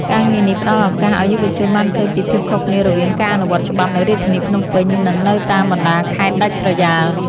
ការងារនេះផ្តល់ឱកាសឱ្យយុវជនបានឃើញពីភាពខុសគ្នារវាងការអនុវត្តច្បាប់នៅរាជធានីភ្នំពេញ និងនៅតាមបណ្តាខេត្តដាច់ស្រយាល។